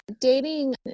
Dating